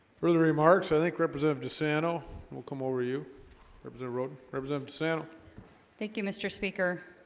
further remarks, i think representative sano will come over you herbs are road representative sannie thank you mr. speaker